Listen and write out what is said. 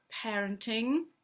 parenting